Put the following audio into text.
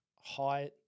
high